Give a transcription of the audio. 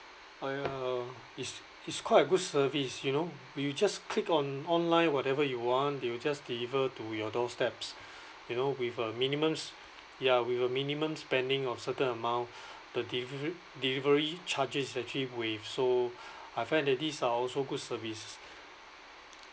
!aiya! it's it's quite a good service you know you will just click on online whatever you want they will just deliver to your door steps you know with a minimum s~ ya with a minimum spending of certain amount the del~ delivery charges is actually waived so I find that these are also good service